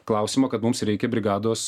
klausimo kad mums reikia brigados